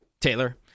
Taylor